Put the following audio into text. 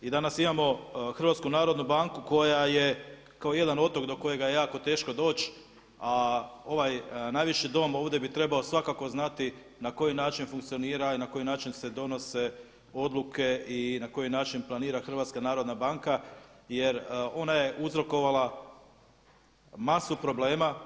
I danas imamo HNB koja je kao jedan otok do kojega je jako teško doći, a ovaj najviši dom ovdje bi trebao svakako znati na koji način funkcionira i na koji način se donose odluke i na koji način planira HNB jer ona je uzrokovala masu problema.